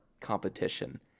competition